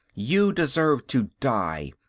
you deserve to die.